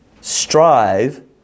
strive